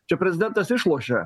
čia prezidentas išlošė